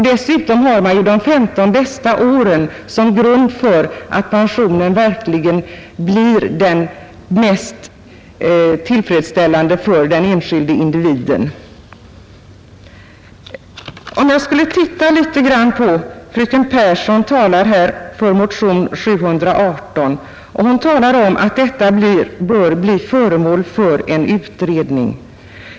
Dessutom har man ju bestämmelsen om de 15 bästa inkomståren som en garanti för att pensionen verkligen blir den mest tillfredsställande för den enskilde individen. Fröken Pehrsson talade i sitt anförande för motionen 718 och ansåg att dess förslag borde bli föremål för en utredning.